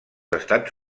estats